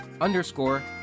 underscore